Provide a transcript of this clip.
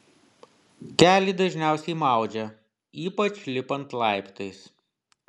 kelį dažniausiai maudžia ypač lipant laiptais